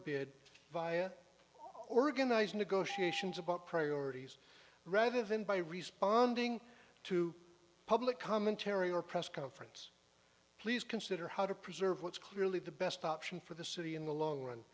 bid via organize negotiations about priorities rather than by responding to public commentary or press conference please consider how to preserve what's clearly the best option for the city in the long run